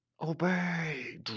Obey